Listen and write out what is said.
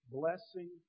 blessing